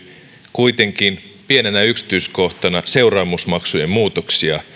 kuitenkin pienenä yksityiskohtana seuraamusmaksujen muutoksia